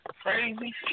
crazy